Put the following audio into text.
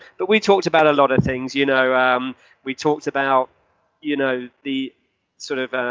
but we talked about a lot of things. you know um we talked about you know the sort of